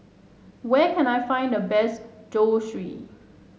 where can I find the best Zosui